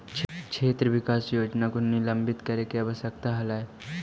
क्षेत्र विकास योजना को निलंबित करे के आवश्यकता हलइ